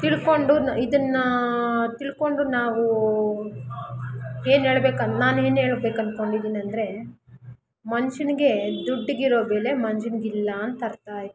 ತಿಳ್ಕೊಂಡು ನ್ ಇದನ್ನು ತಿಳ್ಕೊಂಡು ನಾವು ಏನು ಹೇಳ್ಬೇಕೆಂದು ನಾನು ಏನು ಹೇಳ್ಬೇಕಂದ್ಕೊಡಿದ್ದೀನೆಂದ್ರೆ ಮನುಷ್ಯನಿಗೆ ದುಡ್ಡಿಗಿರೋ ಬೆಲೆ ಮನುಷ್ಯನ್ಗಿಲ್ಲ ಅಂತ ಅರ್ಥ ಆಯಿತು